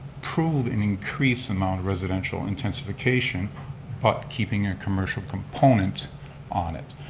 improve and increase amount of residential intensification but keeping a commercial component on it.